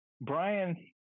brian